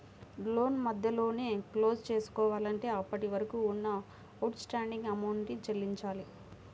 లోను మధ్యలోనే క్లోజ్ చేసుకోవాలంటే అప్పటివరకు ఉన్న అవుట్ స్టాండింగ్ అమౌంట్ ని చెల్లించాలి